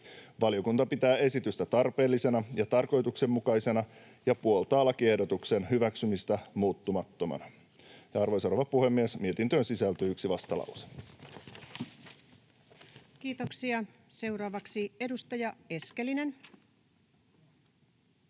Valiokunta pitää esitystä tarpeellisena ja tarkoituksenmukaisena ja puoltaa lakiehdotuksen hyväksymistä muuttumattomana. Arvoisa rouva puhemies! Mietintöön sisältyy yksi vastalause. Kiitoksia. — Seuraavaksi edustaja Eskelinen.